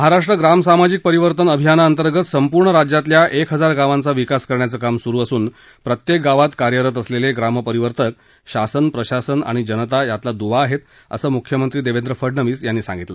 महाराष्ट्र ग्राम सामाजिक परिवर्तन अभियानांतर्गत संपूर्ण राज्यातल्या एक हजार गावांचा विकास करण्याचं काम सुरु असुन प्रत्येक गावात कार्यरत असलेले ग्रामपरिवर्तक शासन प्रशासन आणि जनता यातला दुवा आहेत असं म्ख्यमंत्री देवेंद्र फडणवीस यांनी सांगितलं